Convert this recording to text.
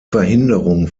verhinderung